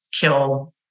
kill